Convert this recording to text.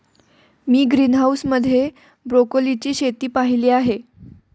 मी greenhouse मध्ये ब्रोकोलीची शेती पाहीली आहे